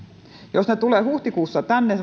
valinnanvapauslaki tulee tänne